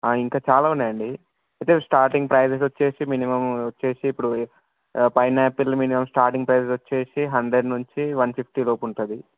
ఇంకా చాలా ఉన్నాయండి అయితే స్టార్టింగ్ ప్రైసెస్ వచ్చేసి మినిమము వచ్చేసి ఇప్పుడు పైనాపిల్ మినిమం స్టార్టింగ్ ప్రైస్ వచ్చేసి హండ్రెడ్ నుంచి వన్ ఫిఫ్టీ లోపు ఉంటుంది